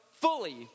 Fully